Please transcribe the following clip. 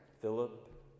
Philip